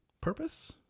purpose